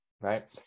right